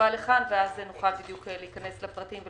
לכאן ואז נוכל להיכנס לפרטים.